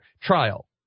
trial